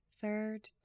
Third